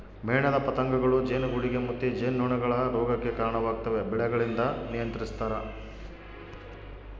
ಮೇಣದ ಪತಂಗಗಳೂ ಜೇನುಗೂಡುಗೆ ಮುತ್ತಿ ಜೇನುನೊಣಗಳ ರೋಗಕ್ಕೆ ಕರಣವಾಗ್ತವೆ ಬೆಳೆಗಳಿಂದ ನಿಯಂತ್ರಿಸ್ತರ